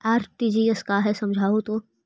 RTGS का है समझाहू तो?